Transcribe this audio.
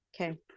Okay